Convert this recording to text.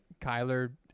Kyler